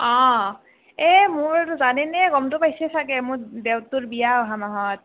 অঁ এই মোৰ জানেনে গমটো পাইছে চাগে দেওৰটোৰ বিয়া অহা মাহত